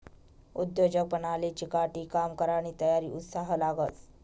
उद्योजक बनाले चिकाटी, काम करानी तयारी, उत्साह लागस